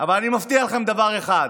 אבל אני מבטיח לכם דבר אחד: